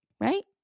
right